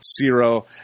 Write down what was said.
Zero